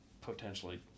potentially